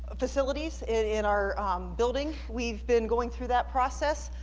ah facilities in our building we've been going through that process